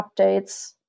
updates